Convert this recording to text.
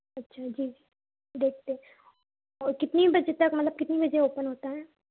अच्छा जी देखते हैं और कितनी बजे तक मतलब कितनी बजे ओपन होता है